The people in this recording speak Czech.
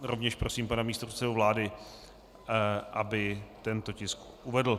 Rovněž prosím pana místopředsedu vlády, aby tento tisk uvedl.